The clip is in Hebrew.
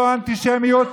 שמטרתו אנטישמיות,